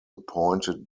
appointed